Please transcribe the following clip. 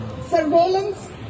surveillance